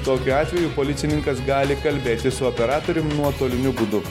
tokiu atveju policininkas gali kalbėtis su operatorium nuotoliniu būdu